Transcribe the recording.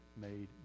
made